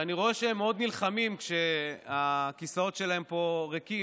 אני רואה שהם מאוד נלחמים כשהכיסאות שלהם פה ריקים,